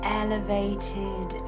elevated